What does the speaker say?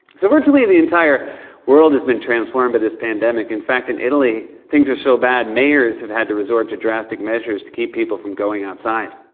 so virtually the entire world has been transformed by this pandemic. in fact, in italy things are so bad, mayors have had to resort to drastic measures to keep people from going outside.